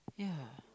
yeah